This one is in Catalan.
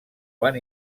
van